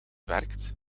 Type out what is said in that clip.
werkt